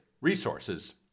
Resources